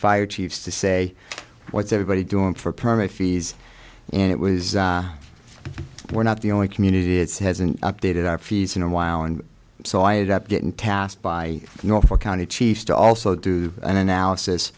fire chiefs to say what's everybody doing for permit fees and it was we're not the only community it's hasn't updated our fees in a while and so i end up getting tasked by you know for county chiefs to also do an analysis